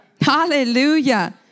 Hallelujah